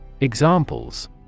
Examples